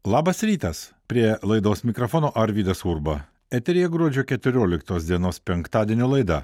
labas rytas prie laidos mikrofono arvydas urba eteryje gruodžio keturioliktos dienos penktadienio laida